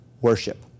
worship